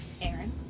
Aaron